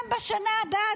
גם בשנה הבאה,